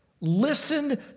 Listen